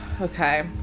Okay